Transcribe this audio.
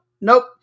Nope